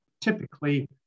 Typically